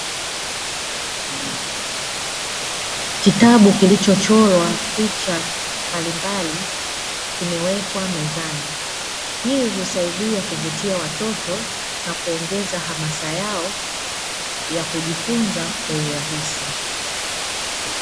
Kitabu kilichochorwa picha mbalimbali kimewekwa mezani. Hii husaidia kuvutia watoto na kuongeza hamasa yao ya kujifunza kwa urahisi.